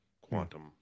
Quantum